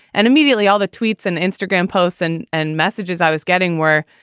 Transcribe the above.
and immediately all the tweets and instagram posts and and messages i was getting were,